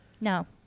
No